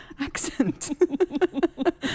accent